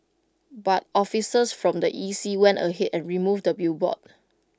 but officers from the E C went ahead and removed the billboard